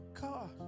God